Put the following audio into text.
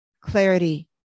Clarity